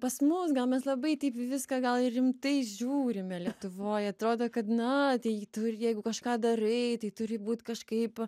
pas mus gal mes labai taip į viską gal rimtai žiūrime lietuvoj atrodo kad na tai tu ir jeigu kažką darai tai turi būt kažkaip